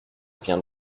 viens